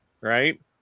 Right